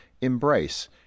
embrace